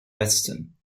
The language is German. westen